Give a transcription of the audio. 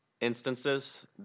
instances